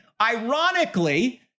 Ironically